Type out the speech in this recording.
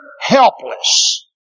helpless